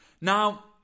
Now